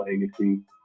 legacy